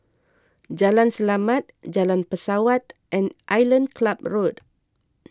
Jalan Selamat Jalan Pesawat and Island Club Road